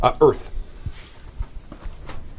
Earth